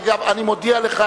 אני מודיע לך,